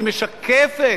היא משקפת.